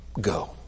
Go